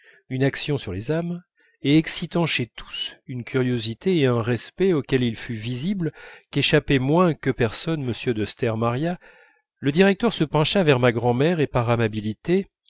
une action sur les âmes et excitant chez tous une curiosité et un respect auxquels il fut visible qu'échappait moins que personne m de stermaria le directeur se pencha vers ma grand'mère et par amabilité